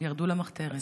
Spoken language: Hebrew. ירדו למחתרת.